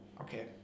Okay